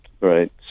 right